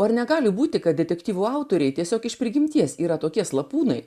ar negali būti kad detektyvų autoriai tiesiog iš prigimties yra tokie slapūnai